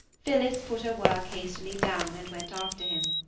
phillis put her work hastily down, and went after him.